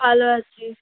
ভালো আছি